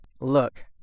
Look